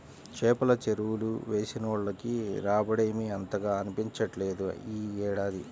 చేపల చెరువులు వేసినోళ్లకి రాబడేమీ అంతగా కనిపించట్లేదు యీ ఏడాది